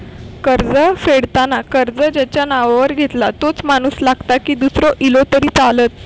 कर्ज फेडताना कर्ज ज्याच्या नावावर घेतला तोच माणूस लागता की दूसरो इलो तरी चलात?